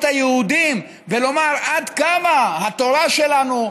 היהודיים ולומר עד כמה התורה שלנו,